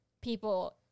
people